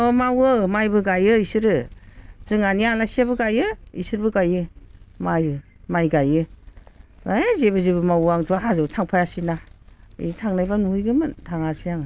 अ मावो माइबो गायो बिसोरो जोंहानि आलासियाबो गायो बिसोरबो गायो माइ गायो ऐ जेबो जेबो मावो आंथ' हाजोआव थांफायासैना बैहाय थांनायबा नुहैगौमोन थाङासै आङो